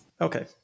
Okay